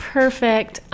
perfect